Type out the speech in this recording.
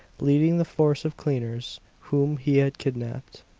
leading the force of cleaners whom he had kidnaped.